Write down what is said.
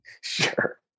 Sure